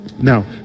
Now